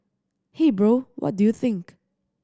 hey bro what do you think